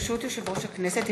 ברשות יושב-ראש הכנסת,